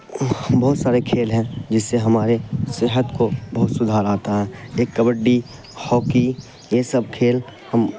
بہت سارے کھیل ہیں جس سے ہمارے صحت کو بہت سدھار آتا ہے ایک کبڈی ہاکی یہ سب کھیل ہم